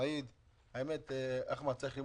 אנחנו יודעים